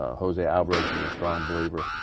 ah jose alvarez is a strong believer.